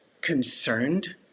concerned